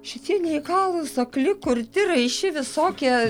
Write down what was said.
šitie neįgalus akli kurti raiši visokie